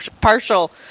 partial